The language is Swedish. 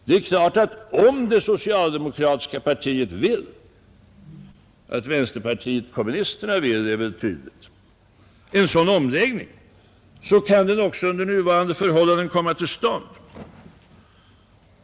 Det är klart att om det socialdemokratiska partiet vill — att vänsterpartiet Kommunisterna vill det är tydligt — ha en sådan omläggning, så kan den också komma till stånd under nuvarande förhållanden.